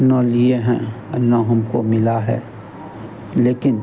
ना लिए हैं अ ना हमको मिला है लेकिन